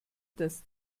das